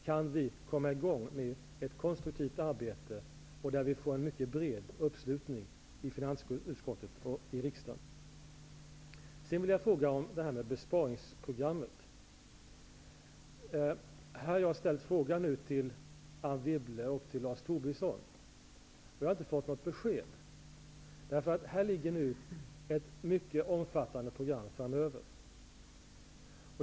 Kan vi komma i gång med ett konstruktivt arbete, där vi får en mycket bred uppslutning i finansutskottet och i riksdagen i övrigt? Sedan vill jag fråga om besparingsprogrammet. Jag har nu ställt frågor till Anne Wibble och Lars Tobisson, men inte fått något besked. Det föreligger nu ett mycket omfattande program för tiden framöver.